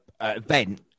event